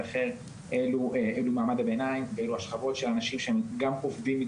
אלו שכבות של אנשים עובדים,